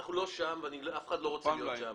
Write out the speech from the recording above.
אנחנו לא שם ואף אחד לא רוצה להיות שם.